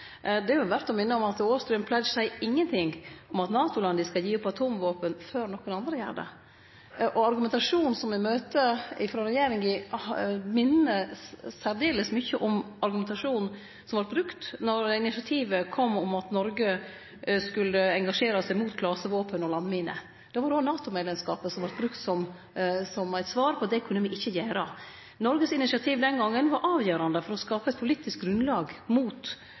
Det er verdt å minne om at Austrian Pledge seier ingenting om at NATO-landa skal gi opp atomvåpen før nokon andre gjer det, og argumentasjonen som me møter frå regjeringa, minner særdeles mykje om argumentasjonen som vart brukt då initiativet kom om at Noreg skulle engasjere seg mot klasevåpen og landminer. Då var det òg NATO-medlemskapen som vart brukt som eit svar: Det kunne me ikkje gjere. Noregs initiativ den gongen var avgjerande for å skape eit politisk grunnlag